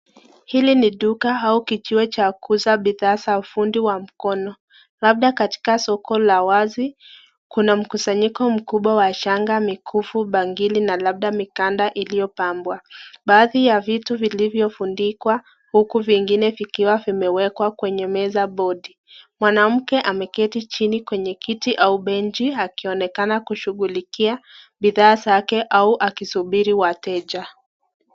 Hili ni duka au kijiwe cha kuuza bidhaa za fundi wa mkono. Labda katika soko la wazi, kuna mkusanyiko mkubwa wa shanga mikufu bangili na labda mikanda iliyopambwa. Baadhi ya vitu vilivyo vundikwa huku vingine vikiwa vimewekwa kwenye meza bodi. Mwanamke ameketi chini kwenye kiti au benchi akionekana kushughulikia bidhaa zake au akisubiri wateja.